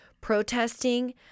Protesting